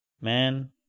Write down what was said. man